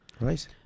Right